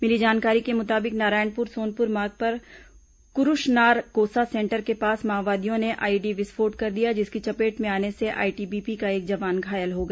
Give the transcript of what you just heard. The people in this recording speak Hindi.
मिली जानकारी के मुताबिक नारायणपुर सोनपुर मार्ग पर कुरूषनार कोसा सेंटर के पास माओवादियों ने आईईडी विस्फोट कर दिया जिसकी चपेट में आने से आईटीबीपी का एक जवान घायल हो गया